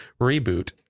Reboot